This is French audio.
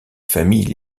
familles